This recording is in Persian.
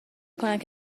کنند